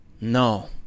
no